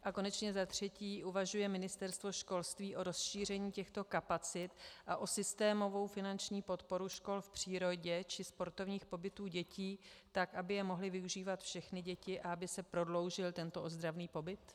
A konečně za třetí, uvažuje Ministerstvo školství o rozšíření těchto kapacit a o systémovou finanční podporu škol v přírodě či sportovních pobytů dětí tak, aby je mohly využívat všechny děti a aby se prodloužil tento ozdravný pobyt?